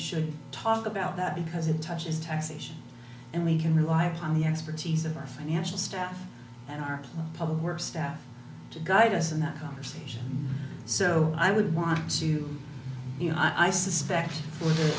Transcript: should talk about that because it touches taxation and we can rely upon the expertise of our financial staff and our public works staff to guide us in that conversation so i would want to you know i suspect